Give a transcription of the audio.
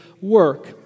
work